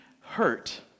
hurt